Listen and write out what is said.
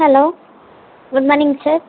hello good morning sir